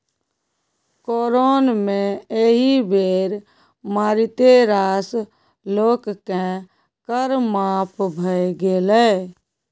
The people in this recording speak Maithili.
कोरोन मे एहि बेर मारिते रास लोककेँ कर माफ भए गेलै